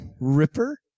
Ripper